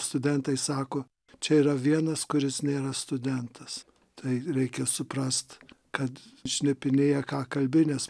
studentai sako čia yra vienas kuris nėra studentas tai reikia suprast kad šnipinėja ką kalbi nes